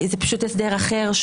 זה פשוט הסדר אחר,